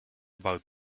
about